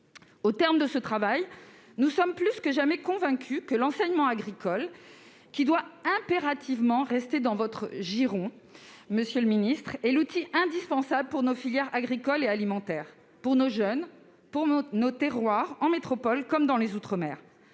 Au terme de ce travail, nous sommes plus que jamais convaincus que l'enseignement agricole, qui doit impérativement rester dans votre giron, monsieur le ministre, est l'outil indispensable pour nos filières agricole et alimentaire, pour nos jeunes, pour nos terroirs, en métropole comme dans les outre-mer.